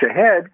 ahead